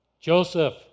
Joseph